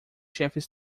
chefes